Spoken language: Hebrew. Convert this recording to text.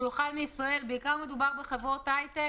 מדובר בעיקר בחברות הייטק